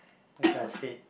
what I said